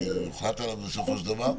יוחלט עליו בסופו של דבר.